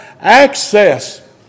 access